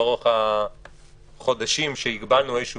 לאורך החודשים שהגבלנו איזה מינימום.